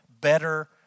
better